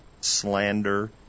slander